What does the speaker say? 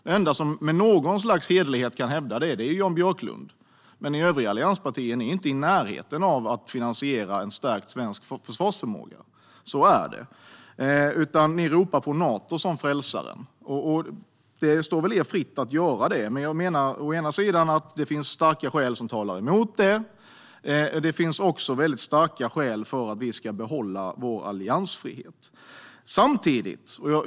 Den enda som med något slags hederlighet kan hävda det är Jan Björklund, men ni övriga allianspartier är inte i närheten av att finansiera en stärkt svensk försvarsförmåga. Så är det. Ni ropar på Nato som frälsaren, och det står er fritt att göra det, men jag menar å ena sidan att det finns starka skäl som talar emot det, å andra sidan finns det väldigt starka skäl för att vi ska behålla vår alliansfrihet.